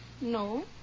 No